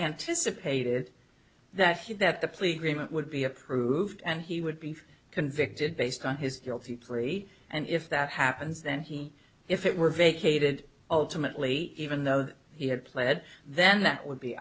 anticipated that he that the plea agreement would be approved and he would be convicted based on his deal the plea and if that happens then he if it were vacated ultimately even though he had pled then that would be